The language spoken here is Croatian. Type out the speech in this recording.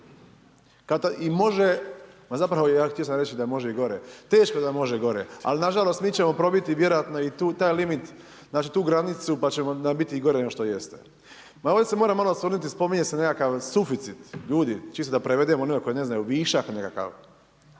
i može, ma zapravo htio sam reći da može i gore. Teško da može i gore. Ali nažalost, mi ćemo probiti vjerojatno i taj limit, znači tu granicu, pa ćemo biti gore nego što jeste. Ma ovdje se moram malo osvrnuti, spominje se nekakav suficit. Ljudi, čisto da prevedemo za one koji ne znaju, višak nekakav.